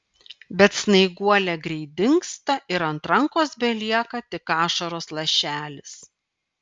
bet snaiguolė greit dingsta ir ant rankos belieka tik ašaros lašelis